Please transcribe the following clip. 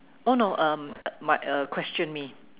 oh no uh my uh question me